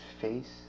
face